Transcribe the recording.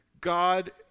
God